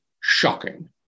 shocking